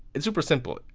it's super simple.